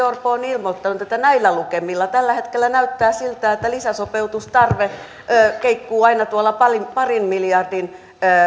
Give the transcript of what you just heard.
orpo on ilmoittanut että näillä lukemilla tällä hetkellä näyttää siltä että lisäsopeutustarve keikkuu aina tuolla parin parin miljardin